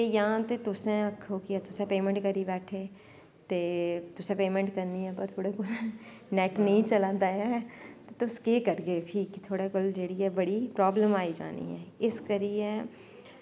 ते जां ते तुसैं आक्खो कि तुसैं पेमैंट करी बैठे तुसें पंमैंट करनी ऐ व थोआड़े कोल नैट नेंई चला दा ऐ तुस केह् करगे फ्ही थोआड़ै कोल बड़ी प्राब्लम आई जानी ऐ इस करियै